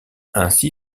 ainsi